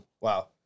wow